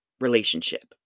relationship